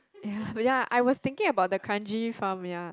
ya ya I was thinking about the Kranji farm ya